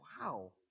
wow